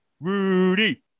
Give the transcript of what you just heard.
Rudy